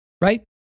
Right